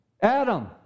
Adam